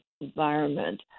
environment